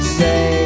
say